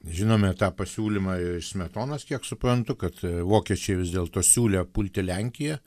žinome tą pasiūlymą ir smetonos kiek suprantu kad vokiečiai vis dėlto siūlė pulti lenkiją